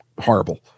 horrible